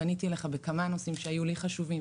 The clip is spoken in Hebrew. פניתי אליך בכמה נושאים שהיו לי חשובים,